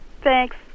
Thanks